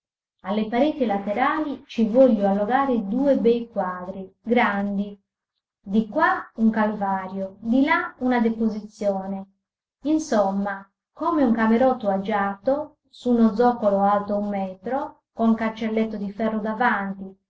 alle pareti laterali ci voglio allogare due bei quadri grandi di qua un calvario di là una deposizione insomma come un camerotto agiato su uno zoccolo alto un metro col cancelletto di ferro davanti